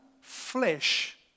flesh